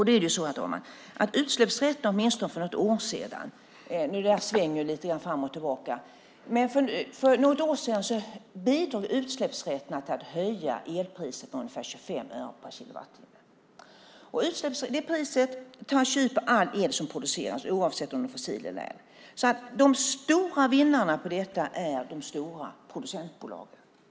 Då är det så att utsläppsrätterna åtminstone för ett år sedan - det där svänger ju lite fram och tillbaka - bidrog till att höja elpriset med ungefär 25 öre per kilowattimme. Det priset tas ut på all el som produceras, oavsett om det är fossil el eller ej. De stora vinnarna på detta är alltså de stora producentbolagen.